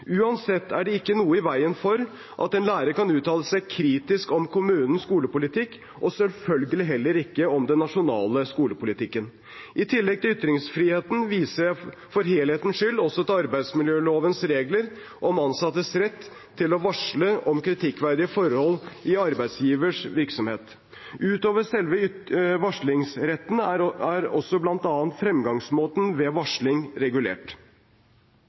Uansett er det ikke noe i veien for at en lærer kan uttale seg kritisk om kommunens skolepolitikk og selvfølgelig heller ikke om den nasjonale skolepolitikken. I tillegg til ytringsfriheten viser jeg, for helhetens skyld, også til arbeidsmiljølovens regler om ansattes rett til å varsle om kritikkverdige forhold i arbeidsgivers virksomhet. Utover selve varslingsretten er også bl.a. fremgangsmåten ved varsling regulert.